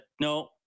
no